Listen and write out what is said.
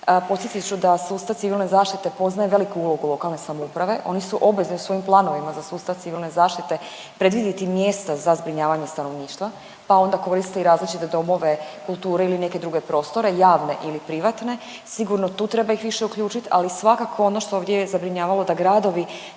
Podsjetit ću da sustav civilne zaštite poznaje veliku ulogu lokalne samouprave. Oni su obvezni u svojim planovima za sustav civilne zaštite predvidjeti mjesta za zbrinjavanje stanovništva, pa onda koriste i različite domove kulture ili neke druge prostore javne ili privatne. Sigurno tu treba ih više uključiti, ali svakako ono što ovdje je zabrinjavalo da gradovi